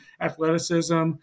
athleticism